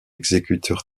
exécuteur